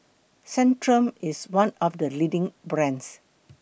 Centrum IS one of The leading brands